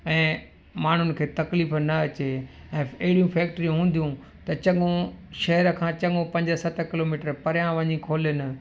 ऐं माण्हुनि खे तकलीफ़ न अचे ऐं अहिड़ियूं फैक्ट्रियूं हूंदियूं त चङो शहर खां चङो पंज सत किलोमीटर परियां वञी खोलिनि